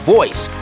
Voice